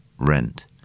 rent